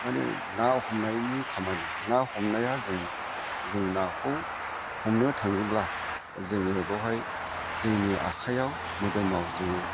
माने ना हमनायनि खामानि ना हमनाया जों नाखौ हमनो थाङोब्ला जोङो बेवहाय जोंनि आखाइयाव मोदोमाव जोङो